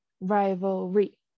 rivalry